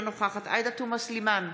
אינה נוכחת עאידה תומא סלימאן,